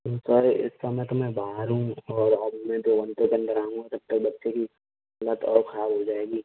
sir इस समय तो मैं बाहर हूँ और मैं दो घंटे के अंदर आ नहीं सकता बच्चे की हालत और खराब हो जाएगी